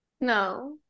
No